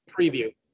preview